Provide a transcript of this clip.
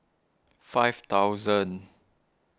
five thousand